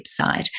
website